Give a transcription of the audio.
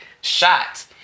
shots